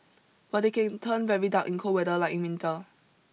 but they can turn very dark in cold weather like in winter